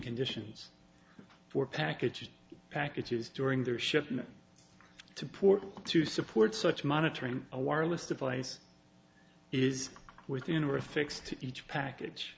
conditions for packages packages during their shipment to portal to support such monitoring a wireless device is within or a fix to each package